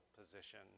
position